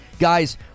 Guys